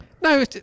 No